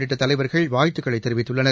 உள்ளிட்ட தலைவர்கள் வாழ்த்துக்களை தெரிவித்துள்ளனர்